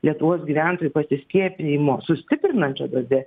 lietuvos gyventojų pasiskiepijimo sustiprinančia doze